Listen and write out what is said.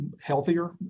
healthier